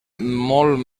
molt